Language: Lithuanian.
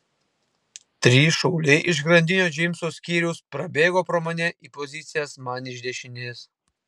trys šauliai iš grandinio džeimso skyriaus prabėgo pro mane į pozicijas man iš dešinės